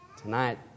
Tonight